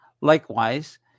Likewise